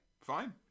fine